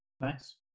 nice